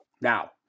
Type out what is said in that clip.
Now